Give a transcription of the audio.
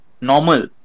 Normal